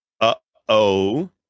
Uh-oh